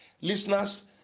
Listeners